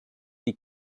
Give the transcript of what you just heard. die